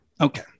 Okay